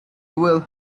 will